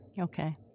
okay